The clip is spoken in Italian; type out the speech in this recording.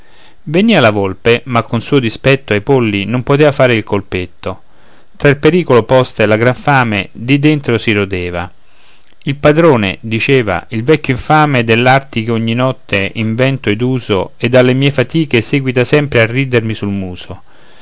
venìa la volpe ma con suo dispetto ai polli non potea fare il colpetto tra il pericolo posta e la gran fame di dentro si rodeva il padrone diceva il vecchio infame dell'arti che ogni notte invento ed uso e delle mie fatiche seguita sempre a ridermi sul muso